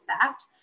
fact